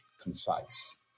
concise